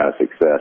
success